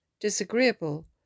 disagreeable